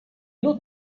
notes